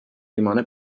rimane